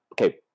okay